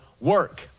work